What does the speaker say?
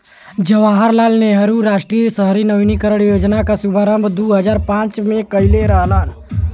जवाहर लाल नेहरू राष्ट्रीय शहरी नवीनीकरण योजना क शुभारंभ दू हजार पांच में कइले रहलन